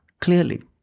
clearly